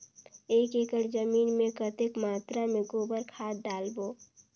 एक एकड़ जमीन मे कतेक मात्रा मे गोबर खाद डालबो?